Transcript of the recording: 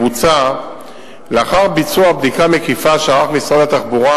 בוצע לאחר ביצוע בדיקה מקיפה שערך משרד התחבורה